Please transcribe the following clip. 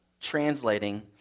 translating